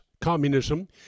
communism